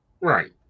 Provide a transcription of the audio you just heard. Right